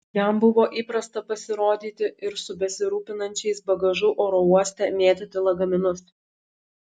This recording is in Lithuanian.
jam buvo įprasta pasirodyti ir su besirūpinančiais bagažu oro uoste mėtyti lagaminus